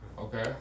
Okay